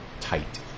tight